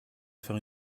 faire